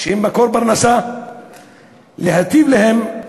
שהם מקור פרנסה, להתיר להם,